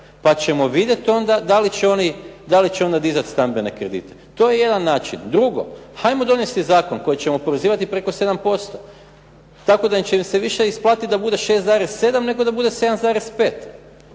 Pa ćemo vidjeti onda da li će onda dizat stambene kredite. To je jedan način. Drugo, hajmo donijeti zakon koji ćemo prozivati preko 7%, tako da će im se više isplatiti da bude 6,7, nego da bude 7,5.